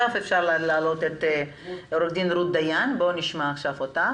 נשמע את עו"ד רות דיין מדר.